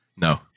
No